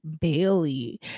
bailey